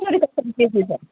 कसरी कसरी केजी छ